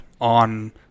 on